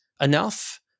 enough